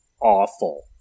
awful